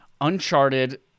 Uncharted